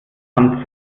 hand